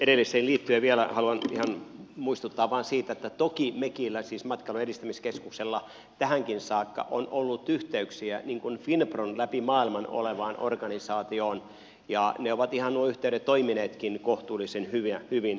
edelliseen liittyen vielä haluan ihan muistuttaa vain siitä että toki mekillä siis matkailun edistämiskeskuksella tähänkin saakka on ollut yhteyksiä finpron läpi maailman olevaan organisaatioon ja ne yhteydet ovat ihan toimineetkin kohtuullisen hyvin